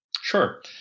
Sure